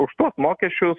už tuos mokesčius